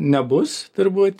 nebus turbūt